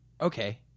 Okay